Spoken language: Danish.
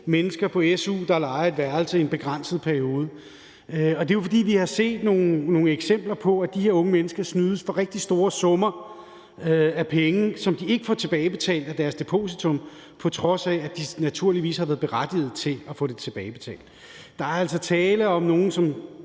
mennesker på su, der lejer et værelse i en begrænset periode, og det er jo, fordi vi har set nogle eksempler på, at de her unge mennesker snydes for rigtig store summer af penge, som de ikke får tilbagebetalt af deres depositum, på trods af at de naturligvis har været berettiget til at få det tilbagebetalt. Der er altså tale om nogle, som